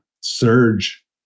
surge